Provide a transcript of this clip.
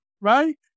right